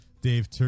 Dave